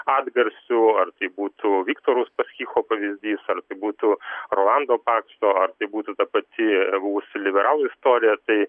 atgarsių ar tai būtų viktoro uspaskicho pavyzdys ar tai būtų rolando pakso ar tai būtų ta pati ir mūsų liberalų istorija tai